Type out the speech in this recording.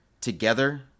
together